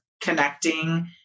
connecting